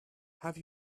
have